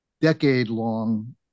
decade-long